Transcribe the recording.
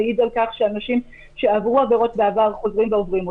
מעיד על כך שאנשים שעברו עבירות בעבר חוזרים ועוברים אותן.